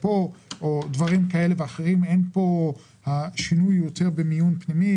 השינוי הוא יותר מיון פנימי.